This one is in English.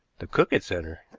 the cook had sent her.